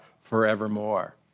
forevermore